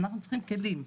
אנחנו צריכים כלים.